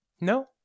no